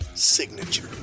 signature